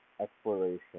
exploration